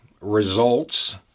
results